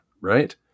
right